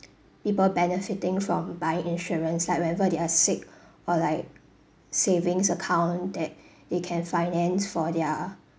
people benefiting from buying insurance like whenever they are sick or like savings account that they can finance for their